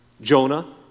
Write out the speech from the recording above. Jonah